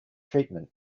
treatment